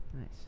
Nice